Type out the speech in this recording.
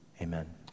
Amen